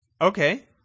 Okay